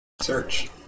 Search